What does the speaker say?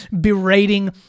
berating